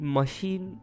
machine